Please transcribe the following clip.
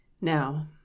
Now